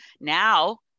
now